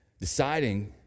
deciding